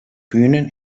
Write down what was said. bühnen